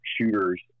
shooters